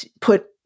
put